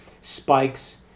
spikes